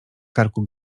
karku